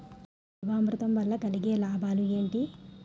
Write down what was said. జీవామృతం వల్ల కలిగే లాభాలు ఏంటి?